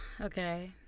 Okay